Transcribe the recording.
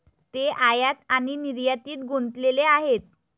ते आयात आणि निर्यातीत गुंतलेले आहेत